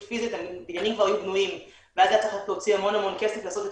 פיזית הבניינים כבר היו בנויים ואז היה צריך להוציא המון כסף לעשות את